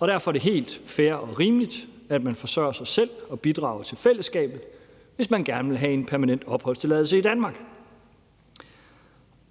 Derfor er det helt fair og rimeligt, at man forsørger sig selv og bidrager til fællesskabet, hvis man gerne vil have en permanent opholdstilladelse i Danmark.